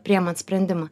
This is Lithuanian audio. priėmant sprendimą